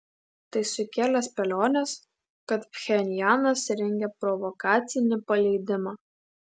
tai sukėlė spėliones kad pchenjanas rengia provokacinį paleidimą